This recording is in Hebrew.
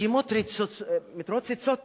שמועות מתרוצצות תמיד.